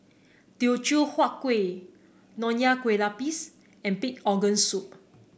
Teochew Huat Kueh Nonya Kueh Lapis and Pig Organ Soup